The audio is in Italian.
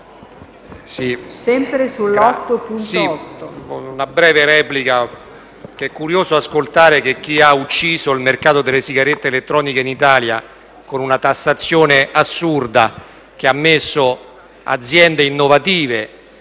una breve replica, perché è curioso ascoltare chi ha ucciso il mercato delle sigarette elettroniche in Italia con una tassazione assurda, che ha colpito aziende innovative